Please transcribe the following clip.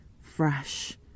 fresh